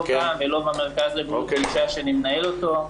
לא כאן ולא במרכז לבריאות האישה שאני מנהל אותו.